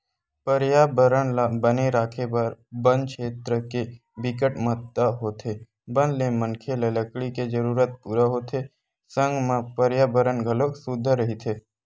परयाबरन ल बने राखे बर बन छेत्र के बिकट महत्ता होथे बन ले मनखे ल लकड़ी के जरूरत पूरा होथे संग म परयाबरन घलोक सुद्ध रहिथे